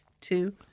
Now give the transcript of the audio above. two